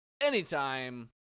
Anytime